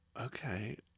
Okay